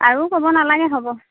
আৰু ক'ব নালাগে হ'ব